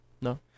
No